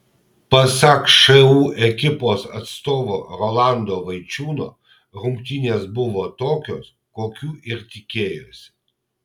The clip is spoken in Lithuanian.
pasak šu ekipos atstovo rolando vaičiūno rungtynės buvo tokios kokių ir tikėjosi